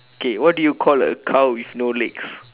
K what do you call a cow with no legs